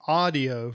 audio